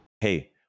Hey